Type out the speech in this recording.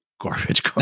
garbage